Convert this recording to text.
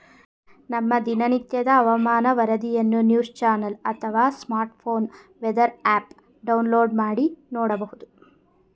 ನಮ್ಮ ದಿನನಿತ್ಯದ ಹವಾಮಾನ ವರದಿಯನ್ನು ನ್ಯೂಸ್ ಚಾನೆಲ್ ಅಥವಾ ಸ್ಮಾರ್ಟ್ಫೋನ್ನಲ್ಲಿ ವೆದರ್ ಆಪ್ ಡೌನ್ಲೋಡ್ ಮಾಡಿ ನೋಡ್ಬೋದು